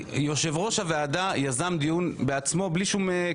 יושב-ראש הוועדה יזם דיון בעצמו, בלי שום קשר.